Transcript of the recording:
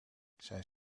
zijn